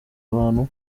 abantu